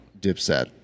Dipset